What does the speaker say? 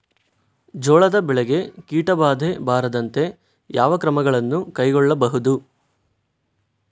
ಜೋಳದ ಬೆಳೆಗೆ ಕೀಟಬಾಧೆ ಬಾರದಂತೆ ಯಾವ ಕ್ರಮಗಳನ್ನು ಕೈಗೊಳ್ಳಬಹುದು?